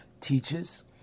teaches